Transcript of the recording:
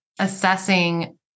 assessing